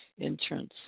entrance